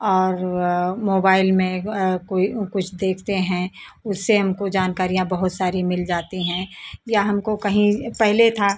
और मोबाइल में कोई कुछ देखते हैं उससे हमको जानकारियाँ बहुत सारी मिल जाती हैं या हमको कहीं पहले था